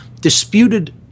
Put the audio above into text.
disputed